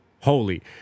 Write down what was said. holy